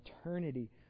eternity